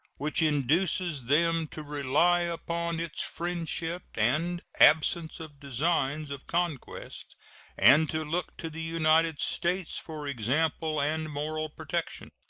which induces them to rely upon its friendship and absence of designs of conquest and to look to the united states for example and moral protection.